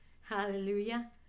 Hallelujah